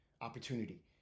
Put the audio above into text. opportunity